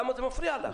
למה זה מפריע לך?